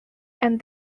and